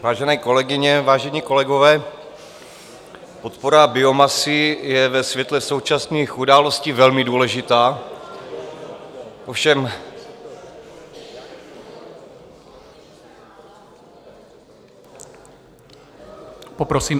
Vážené kolegyně, vážení kolegové, podpora biomasy je ve světle současných událostí velmi důležitá, ovšem poprosím o klid v sále.